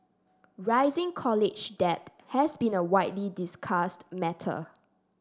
rising college debt has been a widely discussed matter